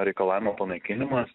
reikalavimo panaikinimas